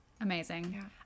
amazing